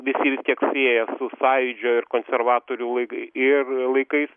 visi vis tiek sieja su sąjūdžio ir konservatorių lai ir laikais